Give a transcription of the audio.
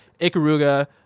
Ikaruga